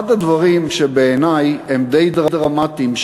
אחד הדברים שבעיני הם די דרמטיים,